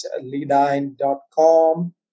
leadine.com